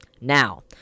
Now